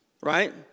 right